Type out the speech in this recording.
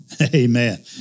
Amen